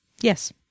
Yes